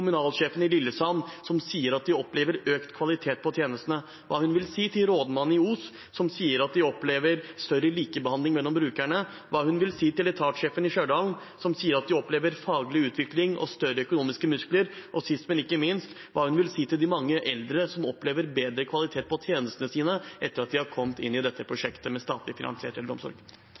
kommunalsjefen i Lillesand, som sier at de opplever økt kvalitet på tjenestene, hva vil hun si til rådmannen i Os, som sier at de opplever større likebehandling mellom brukerne, hva vil hun si til etatssjefen i Stjørdal, som sier at de opplever faglig utvikling og større økonomiske muskler, og sist, men ikke minst, hva vil hun si til de mange eldre som opplever bedre kvalitet på tjenestene sine etter at de har kommet inn i dette prosjektet med statlig finansiert eldreomsorg?